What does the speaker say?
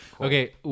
Okay